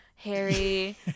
Harry